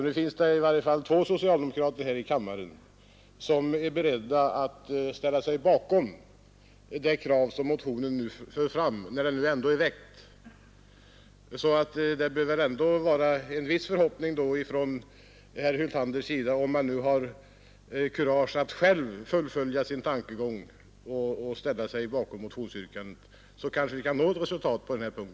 Nu finns det alltså två socialdemokrater här i kammaren som är beredda att ställa sig bakom det krav som motionen för fram, när den nu ändå är väckt. Herr Hyltander bör väl ha en viss förhoppning att nå resultat på den här punkten om han själv har kurage nog att fullfölja sin tankegång och ställa sig bakom motionsyrkandet.